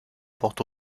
porte